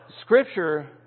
Scripture